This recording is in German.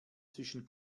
zwischen